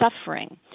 suffering